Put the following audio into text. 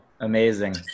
Amazing